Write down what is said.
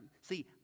see